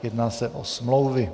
Jedná se o smlouvy.